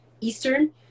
Eastern